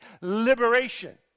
liberation